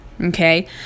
okay